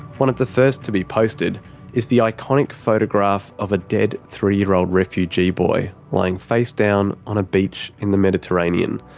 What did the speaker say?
one of the first to be posted is the iconic photograph of a dead three-year-old refugee boy lying face down on a beach in the mediterranean.